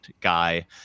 guy